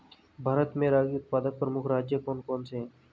भारत में रागी उत्पादक प्रमुख राज्य कौन कौन से हैं?